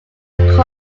without